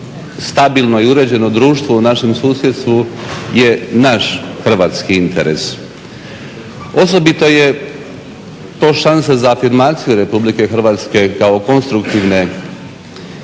stabilno i uređeno društvo u našem susjedstvu je naš hrvatski interes. Osobito je to šansa za afirmaciju RH kao konstruktivne